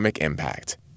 impact